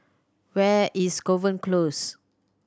where is Kovan Close